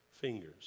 fingers